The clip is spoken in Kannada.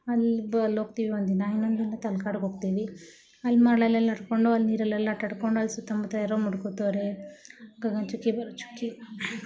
ಅಲ್ಲಿದ್ದು ಅಲ್ಲೋಗ್ತೀವಿ ಒಂದು ದಿನ ಇನ್ನೊಂದು ದಿನ ತಲಕಾಡಿಗೆ ಹೋಗ್ತೀವಿ ಅಲ್ಲಿ ನೋಡಿಕೊಂಡು ಅಲ್ಲಿ ನೀರಲ್ಲೆಲ್ಲ ಆಟಾಡಿಕೊಂಡು ಅಲ್ಲಿ ಸುತ್ತಮುತ್ತ ಇರೋ ಗಗನ ಚುಕ್ಕಿ ಭರಚುಕ್ಕಿ